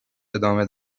دامه